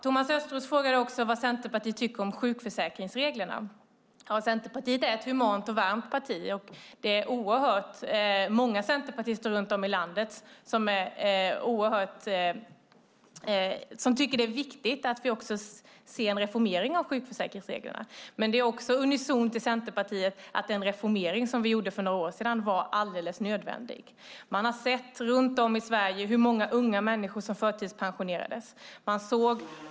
Thomas Östros frågar vad Centerpartiet tycker om sjukförsäkringsreglerna. Centerpartiet är ett humant och varmt parti, och många centerpartister runt om i landet tycker att det är viktigt med en reformering av sjukförsäkringsreglerna. Centerpartisterna tycker unisont att den reformering som vi gjorde för några år sedan var alldeles nödvändig. Man såg hur många unga människor som hade förtidspensionerats runt om i landet.